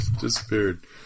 Disappeared